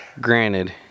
Granted